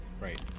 Right